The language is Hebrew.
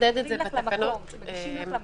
מביאים לך למקום, מגישים לך למקום.